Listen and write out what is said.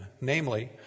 Namely